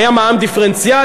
היה מע"מ דיפרנציאלי,